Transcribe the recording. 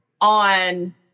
on